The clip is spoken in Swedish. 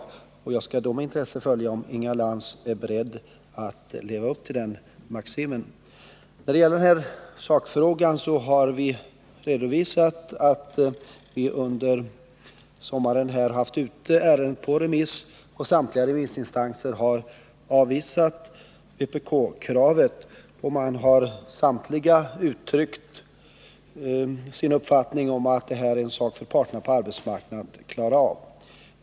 Jag skall då med = vid mödravårdsintresse följa om Inga Lantz är beredd att leva upp till den maximen. central m.m. När det gäller sakfrågan har vi redovisat att vi under sommaren har haft ärendet ute på remiss. Samtliga remissinstanser har avvisat vpk-kravet och uttryckt uppfattningen att detta är en sak för parterna på arbetsmarknaden att klara av.